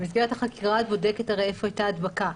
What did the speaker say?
במסגרת החקירה את בודקת הרי איפה הייתה ההדבקה.